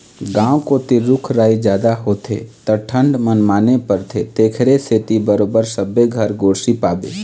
गाँव कोती रूख राई जादा होथे त ठंड मनमाने परथे तेखरे सेती बरोबर सबे घर गोरसी पाबे